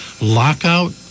Lockout